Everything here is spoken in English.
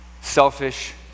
selfish